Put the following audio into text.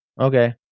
Okay